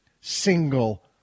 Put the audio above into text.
single